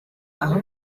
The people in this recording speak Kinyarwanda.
aha